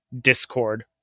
Discord